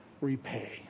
repay